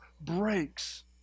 breaks